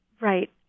Right